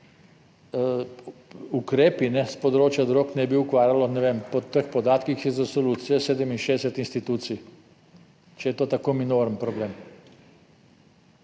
ukrepi s področja drog ne bi ukvarjalo, ne vem, po teh podatkih iz resolucije 67 institucij, če je to tako minoren problem.